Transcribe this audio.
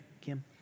Kim